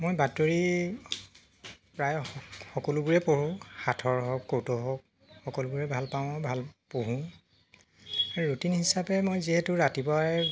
মই বাতৰি প্ৰায় সকলোবোৰেই পঢ়োঁ সাঁথৰ হওক কৌতুক হওক সকলোবোৰেই ভাল পাওঁ ভাল পঢ়োঁ আৰু ৰুটিন হিচাপে মই যিহেতু ৰাতিপুৱাই